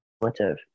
relative